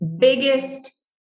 biggest